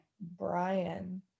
Brian